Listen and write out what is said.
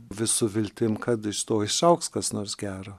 vis su viltim kad iš to išaugs kas nors gero